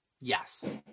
yes